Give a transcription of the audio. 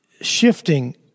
shifting